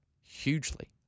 hugely